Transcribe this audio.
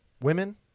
Women